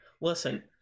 Listen